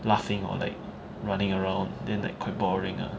laughing or like running around then like quite boring ah